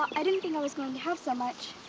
i didn't think i was going to have so much,